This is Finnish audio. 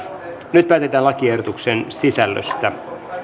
nyt päätetään lakiehdotuksen sisällöstä